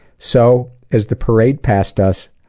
so, as the parade passed us,